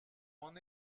m’en